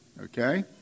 Okay